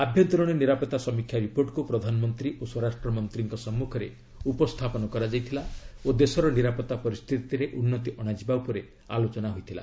ଆଭ୍ୟନ୍ତରୀଣ ନିରାପତ୍ତା ସମୀକ୍ଷା ରିପୋର୍ଟକ୍ ପ୍ରଧାନମନ୍ତ୍ରୀ ଓ ସ୍ୱରାଷ୍ଟ୍ର ମନ୍ତ୍ରାଙ୍କ ସମ୍ମଖରେ ଉପସ୍ଥାପନ କରାଯାଇଥିଲା ଓ ଦେଶର ନିରାପତ୍ତା ପରିସ୍ଥିତିରେ ଉନ୍ନତି ଅଣାଯିବା ଉପରେ ଆଲୋଚନା ହୋଇଥିଲା